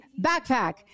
backpack